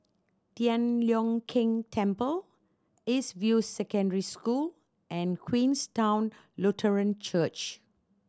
Tian Leong Keng Temple East View Secondary School and Queenstown Lutheran Church